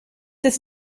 this